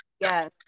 Yes